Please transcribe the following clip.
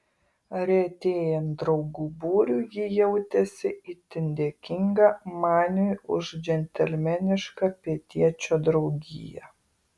retėjant draugų būriui ji jautėsi itin dėkinga maniui už džentelmenišką pietiečio draugiją